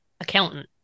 accountant